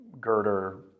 girder